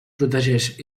protegeix